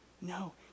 No